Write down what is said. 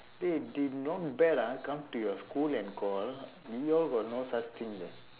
eh they not bad ah come to your school and call we all got no such things eh